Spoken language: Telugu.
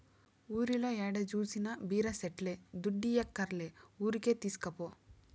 ఊర్లో ఏడ జూసినా బీర సెట్లే దుడ్డియ్యక్కర్లే ఊరికే తీస్కపో